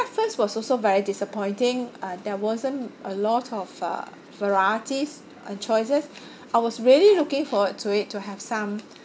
breakfast was also very disappointing uh there wasn't a lot of uh varieties and choices I was really looking forward to it to have some